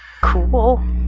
Cool